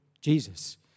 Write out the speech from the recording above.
Jesus